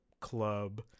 club